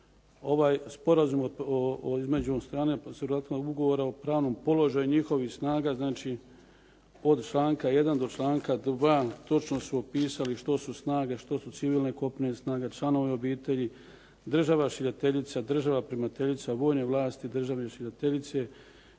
istom sporazumu između ... o pravnom položaju njihovih snaga. Znači od članka 1. do članka 2. točno su opisali što su snage, što su civilne, kopnene snage, članovi obitelji, država šiljateljica, država primateljica, vojne vlasti države šiljateljice